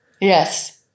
Yes